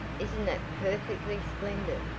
isn't that perfectly splendid!